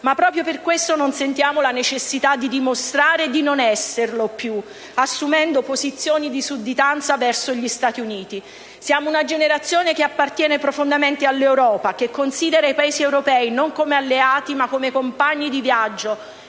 ma proprio per questo non sentiamo la necessità di dimostrare di non esserlo più assumendo posizioni di sudditanza verso gli Stati Uniti. Siamo una generazione che appartiene profondamente all'Europa, che considera i Paesi europei non come alleati ma come compagni di viaggio,